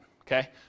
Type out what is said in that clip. okay